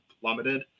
plummeted